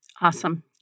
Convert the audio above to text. Awesome